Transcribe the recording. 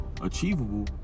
achievable